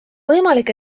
võimalik